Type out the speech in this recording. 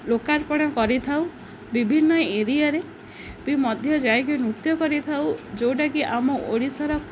ଲୋକାର୍ପଣ କରିଥାଉ ବିଭିନ୍ନ ଏରିଆରେ ବି ମଧ୍ୟ ଯାଇକି ନୃତ୍ୟ କରିଥାଉ ଯେଉଁଟାକି ଆମ ଓଡ଼ିଶାର